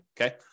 Okay